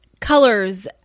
colors